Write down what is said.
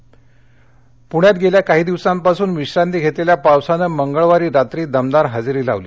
पूण्यात गेल्या काही दिवसांपासून विश्रांती घेतलेल्या पावसाने मंगळवारी रात्री दमदार हजेरी लावली